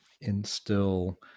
instill